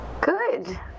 Good